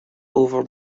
over